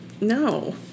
No